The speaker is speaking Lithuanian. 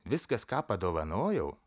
viskas ką padovanojau